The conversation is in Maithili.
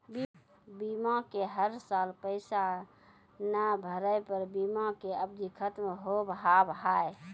बीमा के हर साल पैसा ना भरे पर बीमा के अवधि खत्म हो हाव हाय?